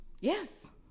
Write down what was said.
yes